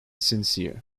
sincere